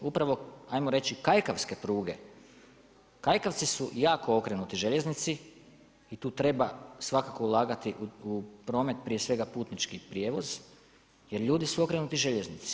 Upravo ajmo reći kajkavske pruge, kajkavci su jako okrenuti željeznici i tu treba svakako ulagati u promet, prije svega putnički prijevoz jer ljudi su okrenuti željeznici.